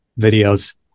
videos